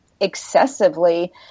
excessively